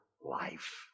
life